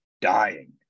dying